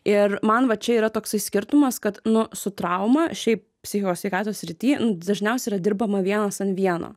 ir man va čia yra toksai skirtumas kad nu su trauma šiaip psichikos sveikatos srity nu dažniausia yra dirbama vienas an vieno